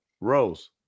Rose